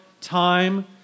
time